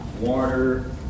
water